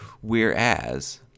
Whereas